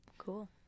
cool